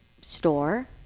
store